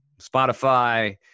Spotify